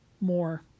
more